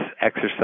exercise